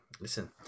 listen